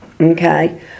okay